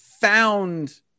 found